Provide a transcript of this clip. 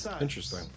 Interesting